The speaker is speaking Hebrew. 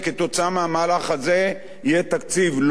המהלך הזה יהיה תקציב לא פשוט,